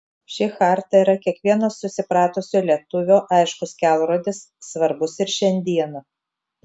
ši charta yra kiekvieno susipratusio lietuvio aiškus kelrodis svarbus ir šiandieną